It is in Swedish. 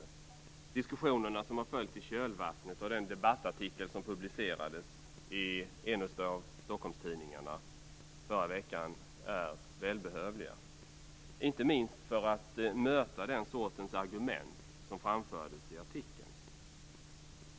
De diskussioner som följt i kölvattnet av den debattartikel som publicerades i en av Stockholmstidningarna i förra veckan är välbehövliga, inte minst för att möta den sortens argument som framfördes i artikeln.